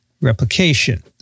replication